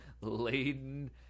laden